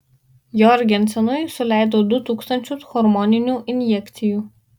jorgensenui suleido du tūkstančius hormoninių injekcijų